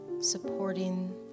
supporting